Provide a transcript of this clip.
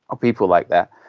ah people like that,